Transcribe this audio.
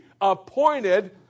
appointed